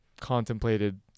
contemplated